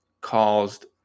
caused